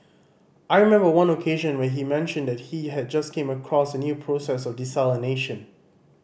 I remember one occasion when he mentioned that he had just came across a new process of desalination